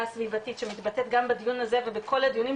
הסביבתית שמתבטאת גם בדיון הזה ובכל הדיונים,